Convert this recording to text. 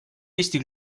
eesti